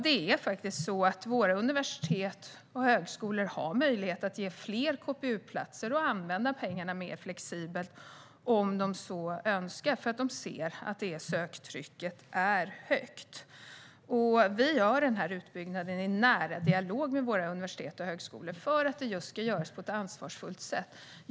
Det är faktiskt så att våra universitet och högskolor har möjlighet att ha fler KPU-platser och använda pengarna mer flexibelt om de så önskar och om söktrycket är högt. Vi gör denna utbyggnad i nära dialog med våra universitet och högskolor just för att det ska göras på ett ansvarsfullt sätt.